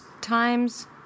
Times